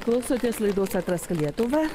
klausotės laidos atrask lietuvą